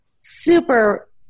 super